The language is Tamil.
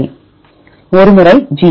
1 முறை G